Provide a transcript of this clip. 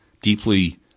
deeply